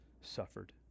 suffered